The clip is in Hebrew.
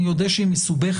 אני אודה שהיא מסובכת,